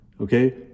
Okay